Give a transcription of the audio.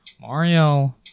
Mario